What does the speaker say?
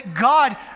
God